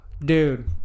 dude